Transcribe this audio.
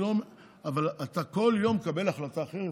אבל אתה כל יום מקבל החלטה אחרת,